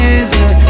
Easy